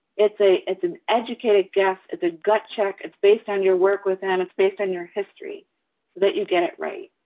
it's a, it's an educated guess, it's a gut check, it's based on your work with them. it's based on your history. so that you get it right.